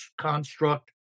construct